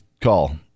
call